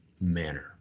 manner